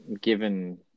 given